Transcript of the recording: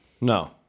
No